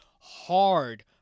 hard